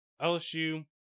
LSU